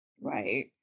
Right